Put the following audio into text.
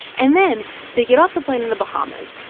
and then they get off the plane in the bahamas,